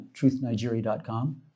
truthnigeria.com